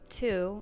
two